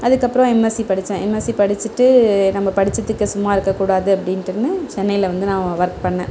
அதுக்கப்புறோம் எம்எஸ்சி படித்தேன் எம்எஸ்சி படித்திட்டு நம்ம படித்ததுக்கு சும்மா இருக்க கூடாது அப்படின்ட்டு சென்னையில் வந்து நான் ஒர்க் பண்ணிணேன்